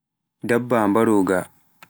dabba mbaroga